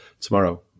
tomorrow